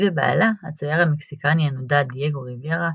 היא ובעלה, הצייר המקסיקני הנודע דייגו ריברה,